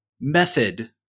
method